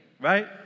Right